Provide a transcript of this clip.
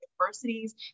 Universities